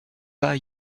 pas